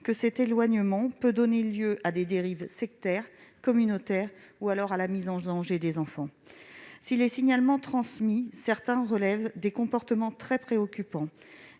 que cet éloignement peut donner lieu à des dérives sectaires, communautaires, ou alors à la mise en danger des enfants. Parmi les signalements transmis, certains relèvent des comportements très préoccupants.